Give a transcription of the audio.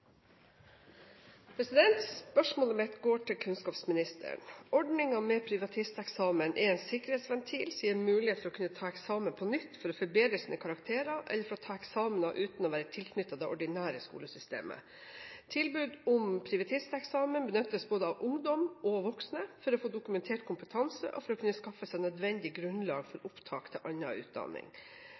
gir mulighet for å kunne ta eksamen på nytt for å forbedre sine karakterer eller for å ta eksamener uten å være tilknyttet det ordinære skolesystemet. Tilbudet om privatisteksamen benyttes både av ungdom og voksne for å få dokumentert kompetanse og for å kunne skaffe seg nødvendig grunnlag for opptak til annen utdanning.